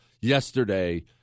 yesterday